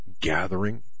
gathering